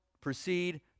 proceed